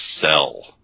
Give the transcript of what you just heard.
sell